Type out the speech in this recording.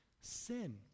sin